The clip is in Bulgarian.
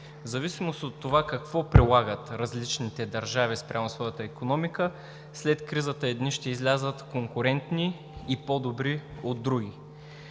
В зависимост от това какво прилагат различните държави спрямо своята икономика, след кризата едни ще излязат конкурентни и по-добри от други.